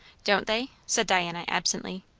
don't they? said diana absently.